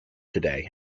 today